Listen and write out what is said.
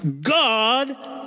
God